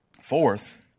Fourth